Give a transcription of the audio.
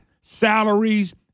salaries